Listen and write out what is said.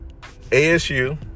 ASU